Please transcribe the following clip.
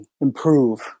improve